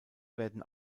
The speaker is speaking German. werden